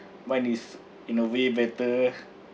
mine is in a way better